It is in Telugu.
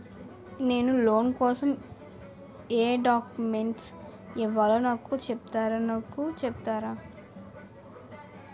నేను లోన్ కోసం ఎం డాక్యుమెంట్స్ ఇవ్వాలో నాకు చెపుతారా నాకు చెపుతారా?